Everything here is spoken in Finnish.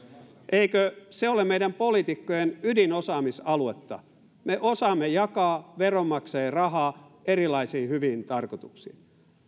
eikö se ole meidän poliitikkojen ydinosaamisaluetta me osaamme jakaa veronmaksajien rahaa erilaisiin hyviin tarkoituksiin